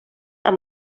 amb